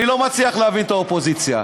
אני לא מצליח להבין את האופוזיציה.